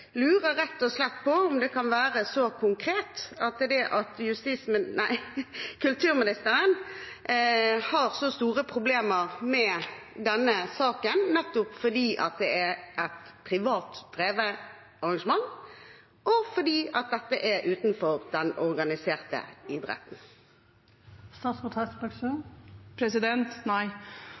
lurer rett og slett på om det kan være så konkret at kulturministeren har store problemer med denne saken nettopp fordi det er et privatdrevet arrangement, og fordi det er utenfor den organiserte idretten.